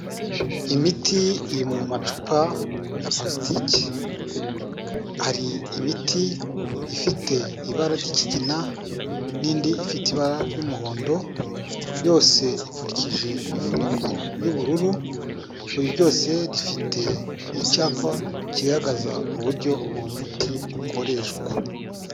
Imiti iri mu macupa ya palasitiki, hari imiti ifite ibara ry'ikigina, n'indi ifite ibara ry'umuhondo, yose ipfundikije imifuniko y'ubururu, buri ryose rifite icyapa kigaragaza uburyo uwo muti ukoreshwa.